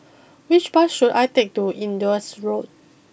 which bus should I take to Indus Road